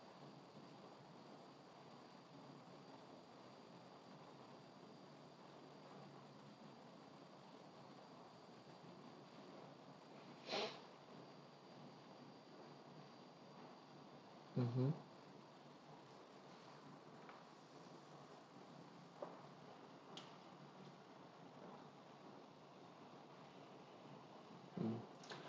mmhmm mm